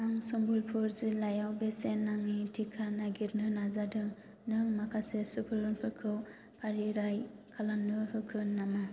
आं सम्बलपुर जिल्लायाव बेसेन नाङि थिखा नागिरनो नाजादों नों माखासे सुबुरुनफोरखौ फारिलाइ खालामनो होगोन नामा